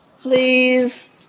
Please